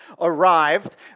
arrived